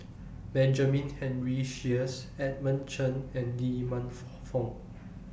Benjamin Henry Sheares Edmund Cheng and Lee Man Fong